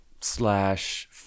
Slash